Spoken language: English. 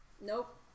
Nope